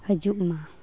ᱦᱟ ᱡᱩᱜ ᱢᱟ